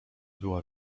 była